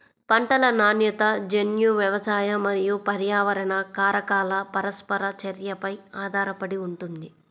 పంటల నాణ్యత జన్యు, వ్యవసాయ మరియు పర్యావరణ కారకాల పరస్పర చర్యపై ఆధారపడి ఉంటుంది